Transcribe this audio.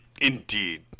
Indeed